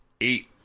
eight